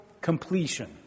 completion